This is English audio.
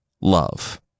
Love